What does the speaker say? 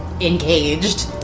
engaged